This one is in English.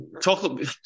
Chocolate